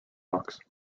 box